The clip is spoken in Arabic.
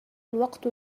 الوقت